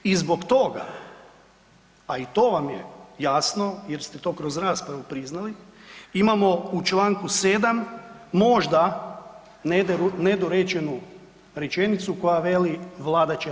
I zbog toga, a i to vam je jasno jer ste to kroz raspravu priznali, imamo u čl. 7. možda nedorečenu rečenicu koja veli „Vlada će naknadno“